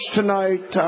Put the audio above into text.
tonight